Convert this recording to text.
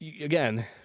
again